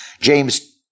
James